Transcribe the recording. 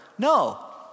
No